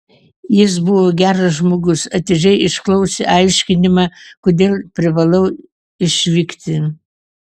jis buvo geras žmogus atidžiai išklausė aiškinimą kodėl privalau išvykti